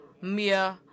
mere